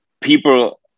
people